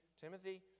Timothy